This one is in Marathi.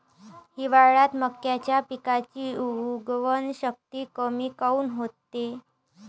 हिवाळ्यात मक्याच्या पिकाची उगवन शक्ती कमी काऊन होते?